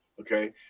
okay